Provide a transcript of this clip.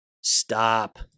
Stop